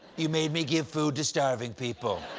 you made me give food to starving people.